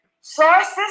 sources